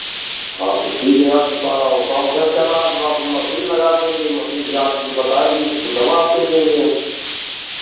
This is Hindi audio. हाँ तो ठीक है आपको पाँव पाँव दर्द कर रहा है तो आपको मशीन लगा देंगे मशीन जाँच जो बताएगी उसको दवा दे देंगे हम